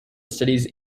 studies